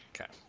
Okay